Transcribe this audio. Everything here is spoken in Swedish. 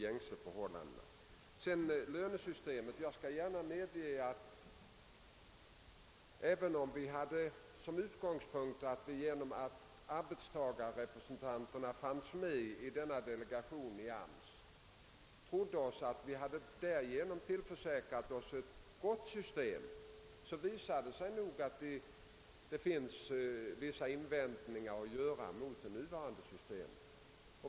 Beträffande lönesystemet medger jag att även om vi trodde att vi, eftersom arbetstagarrepresentanterna fanns med i delegationen inom AMS, hade tillförsäkrat oss ett gott system, har det visat sig att vissa invändningar kan göras mot det nuvarande systemet.